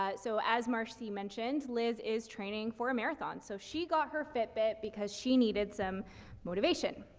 ah so as marcy mentioned, liz is training for a marathon. so she got her fitbit because she needed some motivation.